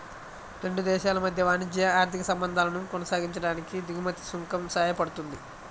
రెండు దేశాల మధ్య వాణిజ్య, ఆర్థిక సంబంధాలను కొనసాగించడానికి దిగుమతి సుంకం సాయపడుతుంది